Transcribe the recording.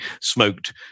smoked